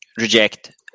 reject